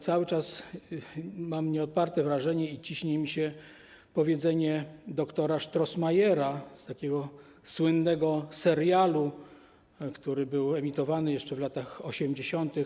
Cały czas mam nieodparte wrażenie i ciśnie mi się powiedzenie dr. Strosmajera z takiego słynnego serialu, który był emitowany jeszcze w latach 80.